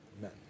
amen